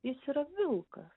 jis yra vilkas